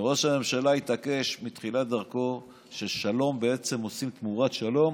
וראש הממשלה התעקש מתחילת דרכו ששלום בעצם עושים תמורת שלום